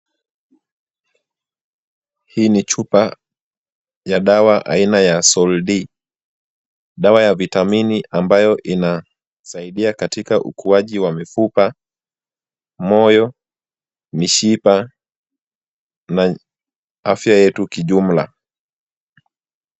Hii ni chupa ya dawa aina ya Sol-D, dawa ya vitamini ambayo inasaidia katika ukuaje wa mifupa, moyo, mishipa na afya yetu kijumla.